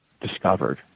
discovered